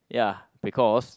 uh because